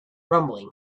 rumbling